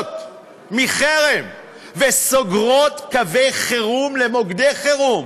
שמפחדות מחרם וסוגרות קווי חירום למוקדי חירום